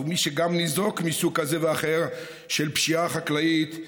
וכמי שגם ניזוק מסוג כזה ואחר של פשיעה חקלאית,